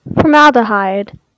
Formaldehyde